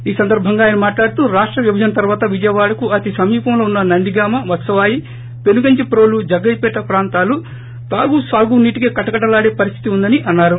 ఈ సందర్బంగా ఆయన మాట్లాడుతూ రాష్ట విభజన తర్వాత విజయవాడకు అతి సమీపంలో ఉన్న నందిగామ వత్సవాయి పెనుగంచి ప్రోలు జగ్గయ్యపేట ప్రాంతాలు తాగు సాగు నీటికి కటకటలాడే పరిస్థితి ఉందని అన్నారు